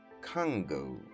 congo